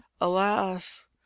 alas